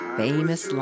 famous